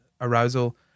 arousal